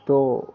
तो